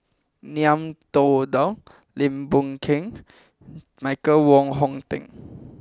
Ngiam Tong Dow Lim Boon Keng and Michael Wong Hong Teng